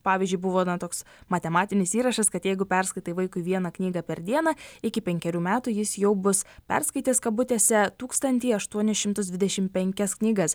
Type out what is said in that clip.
pavyzdžiui buvo na toks matematinis įrašas kad jeigu perskaitai vaikui vieną knygą per dieną iki penkerių metų jis jau bus perskaitęs kabutėse tūkstantį aštuonis šimtus dvidešim penkias knygas